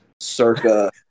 circa